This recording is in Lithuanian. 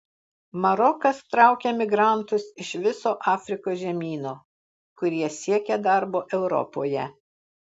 marokas traukia migrantus iš viso afrikos žemyno kurie siekia darbo europoje